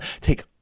take